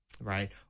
right